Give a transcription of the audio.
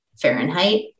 Fahrenheit